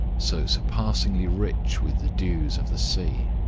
so surpassingly rich with the dews of the sea.